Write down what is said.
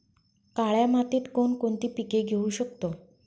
काळ्या मातीत कोणकोणती पिके घेऊ शकतो?